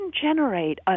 generate